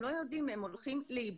לא יודעים מה לעשות והם הולכים לאיבוד.